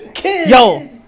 Yo